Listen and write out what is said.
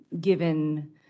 given